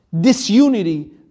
disunity